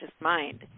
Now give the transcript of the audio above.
mind